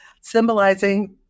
symbolizing